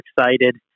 excited